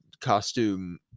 costume